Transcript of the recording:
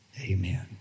amen